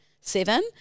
seven